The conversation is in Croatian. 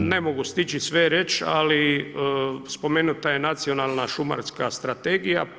Ne mogu stići sve reći, ali spomenuta je nacionalna šumarska strategija.